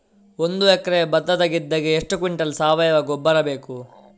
ಒಂದು ಎಕರೆ ಭತ್ತದ ಗದ್ದೆಗೆ ಎಷ್ಟು ಕ್ವಿಂಟಲ್ ಸಾವಯವ ಗೊಬ್ಬರ ಬೇಕು?